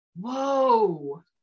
whoa